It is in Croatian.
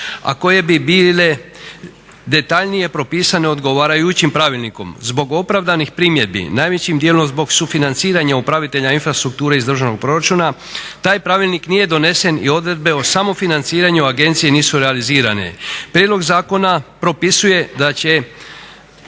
a koje bi bile detaljnije propisane odgovarajućim pravilnikom. Zbog opravdanih primjedbi, najvećim dijelom zbog sufinanciranja upravitelja infrastrukture iz državnog proračuna taj pravilnik nije donesen i odredbe o samofinanciranju agencije nisu realizirane. Prijedlog zakona propisuje da će